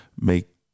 make